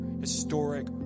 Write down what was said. historic